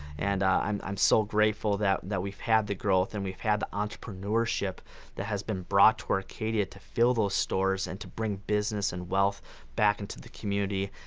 and i'm i'm so grateful that that we've had the growth, and we've had the entrepreneurship that has been brought to arcadia to fill those stores, and to bring business and wealth back into the community,